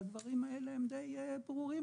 הדברים האלה די ברורים,